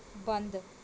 ਬੰਦ